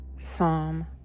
Psalm